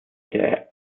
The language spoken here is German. der